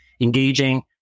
engaging